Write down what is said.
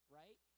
right